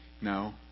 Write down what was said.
No